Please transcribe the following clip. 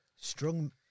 strong